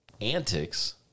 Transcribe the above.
antics